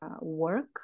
work